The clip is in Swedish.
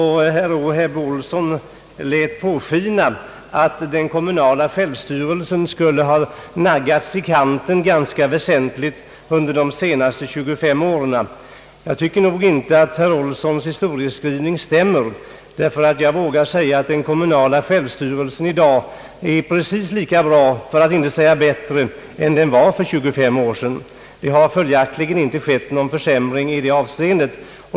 Herr Ohlsson lät påskina att den kommunala självstyrelsen skulle ha naggats i kanten ganska avsevärt under de senaste 25 åren. Jag tycker inte att herr Ohlssons historieskrivning stämmer. Jag vågar hävda att den kommunala självstyrelsen i dag är precis lika bra för att inte säga bättre än den var för 25 år sedan. Det har följaktligen inte skett någon försämring i det avseendet.